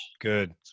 Good